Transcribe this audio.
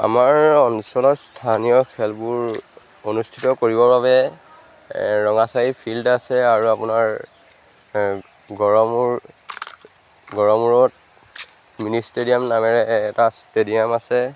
আমাৰ অঞ্চলত স্থানীয় খেলবোৰ অনুষ্ঠিত কৰিবৰ বাবে ৰঙাচাৰি ফিল্ড আছে আৰু আপোনাৰ গড়মূৰ গড়মূড়ত মিনি ষ্টেডিয়াম নামেৰে এটা ষ্টেডিয়াম আছে